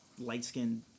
light-skinned